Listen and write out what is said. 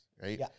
Right